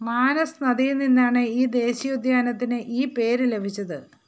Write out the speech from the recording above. മാനസ് നദിയിൽ നിന്നാണ് ഈ ദേശീയോദ്യാനത്തിന് ഈ പേര് ലഭിച്ചത്